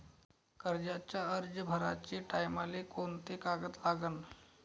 कर्जाचा अर्ज भराचे टायमाले कोंते कागद लागन?